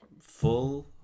full